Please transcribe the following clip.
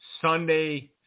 Sunday